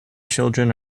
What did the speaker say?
children